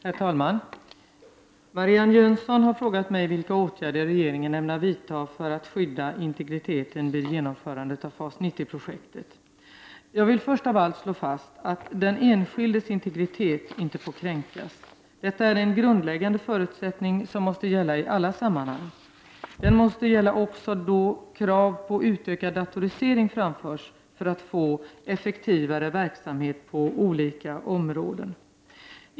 Herr talman! Marianne Jönsson har frågat mig vilka åtgärder regeringen ämnar vidta för att skydda integriteten vid genomförande av FAS 90-projektet. Jag vill först av allt slå fast att den enskildes integritet inte får kränkas. Detta är en grundläggande förutsättning som måste gälla i alla sammanhang. Den måste gälla också då krav på utökad datorisering framförs för att få effektivare verksamhet på olika områden.